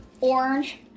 orange